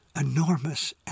enormous